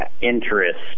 interest